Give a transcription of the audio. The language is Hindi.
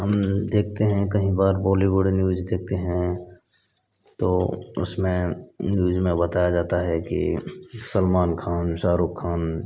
हम जब देखते हैं कई बार बॉलीवुड न्यूज देखते है तो उसमें न्यूज़ में बताया जाता है कि सलमान खान शाहरुख खान